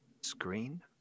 screen